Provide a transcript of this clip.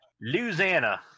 Louisiana